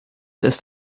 ist